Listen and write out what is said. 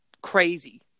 crazy